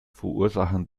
verursachen